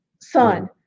son